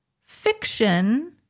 fiction